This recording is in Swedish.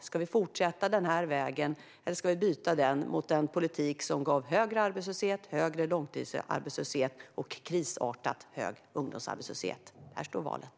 Ska vi fortsätta på den här vägen, eller ska vi byta den mot den politik som gav högre arbetslöshet, högre långtidsarbetslöshet och krisartat hög ungdomsarbetslöshet? Däremellan står valet.